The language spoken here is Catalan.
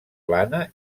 plana